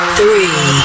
three